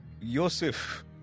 Yosef